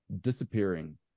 disappearing